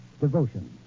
Devotion